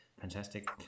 Fantastic